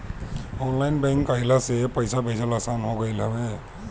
online bank के अइला से पईसा भेजल आसान हो गईल हवे